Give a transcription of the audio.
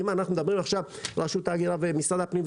כי אם אנחנו מדברים עכשיו על רשות ההגירה ומשרד הפנים,